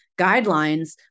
guidelines